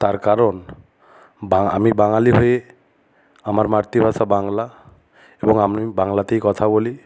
তার কারণ আমি বাঙালি হয়ে আমার মাতৃভাষা বাংলা এবং আমি বাংলাতেই কথা বলি